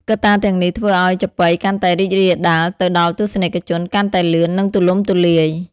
កត្តាទាំងនេះធ្វើឱ្យចាប៉ីកាន់តែរីករាលដាល ទៅដល់ទស្សនិកជនកាន់តែលឿន និងទូលំទូលាយ។